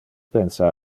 pensa